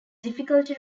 difficulty